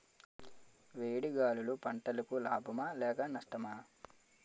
వేడి గాలులు పంటలకు లాభమా లేక నష్టమా?